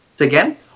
Again